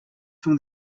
from